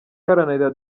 iharanira